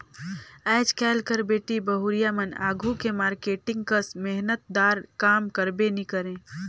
आएज काएल कर बेटी बहुरिया मन आघु के मारकेटिंग कस मेहनत दार काम करबे नी करे